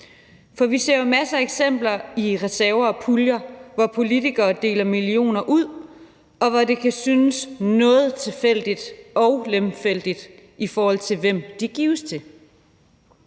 For vi ser jo masser af eksempler med reserver og puljer, hvor politikere deler millioner ud, og hvor det kan synes noget tilfældigt og lemfældigt, i forhold til hvem de gives til.